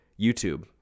YouTube